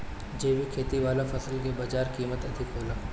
जैविक खेती वाला फसल के बाजार कीमत अधिक होला